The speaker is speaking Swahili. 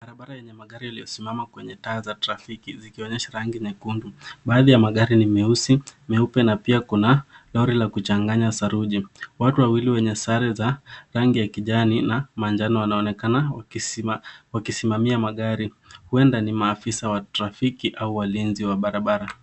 Barabara yenye magari yaliyosimama kwenye taa za trafiki zikionyesha rangi nyekundu. Baadhi ya magari ni meusi, meupe na pia kuna lori la kuchanganya saruji. Watu wawili wenye sare za rangi ya kijani na manjano wanaonekana wakisimamia magari, huenda ni maafisa wa trafiki au walinzi wa barabara.